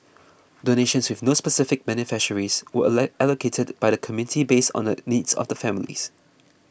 donations with no specific beneficiaries were allocated by the committee based on the needs of the families